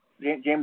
James